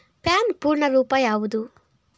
PAN ಪೂರ್ಣ ರೂಪ ಯಾವುದು?